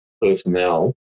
personnel